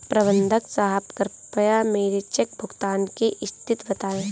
प्रबंधक साहब कृपया मेरे चेक भुगतान की स्थिति बताएं